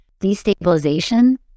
destabilization